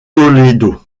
toledo